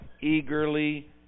eagerly